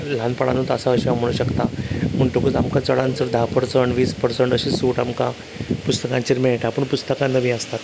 ल्हानपणाणूच आसा अशें हांव म्हणू शकतां म्हणटूकूत आमकां चडान चड धा पर्सण्ट वीस पर्सण्ट अशी सूट आमकां पुस्तकांचेर मेळटा पूण पुस्तकां नवीं आसतात